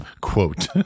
Quote